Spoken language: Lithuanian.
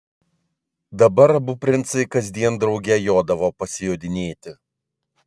dabar abu princai kasdien drauge jodavo pasijodinėti